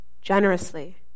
generously